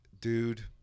dude